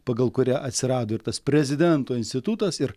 pagal kurią atsirado ir tas prezidento institutas ir